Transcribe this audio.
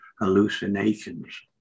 hallucinations